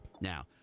Now